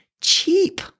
cheap